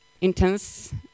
intense